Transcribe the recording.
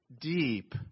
deep